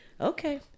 okay